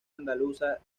andaluza